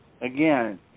again